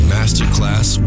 Masterclass